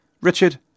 Richard